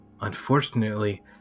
Unfortunately